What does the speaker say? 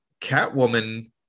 Catwoman